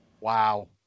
Wow